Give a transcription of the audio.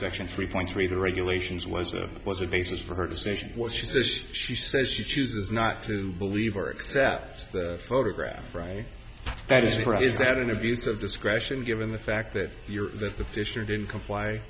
section three point three the regulations was a was a basis for her position what she said she says she chooses not to believe or accept the photograph right that is for is that an abuse of discretion given the fact that you're the fisher didn't comply